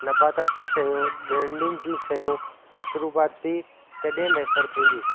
नबाताती शयूं ॾिणनि जूं शयूं मशरूबाती कॾहिं मुयसरु थींदी